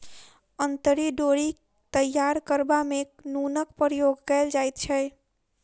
अंतरी डोरी तैयार करबा मे नूनक प्रयोग कयल जाइत छै